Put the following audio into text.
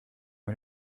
man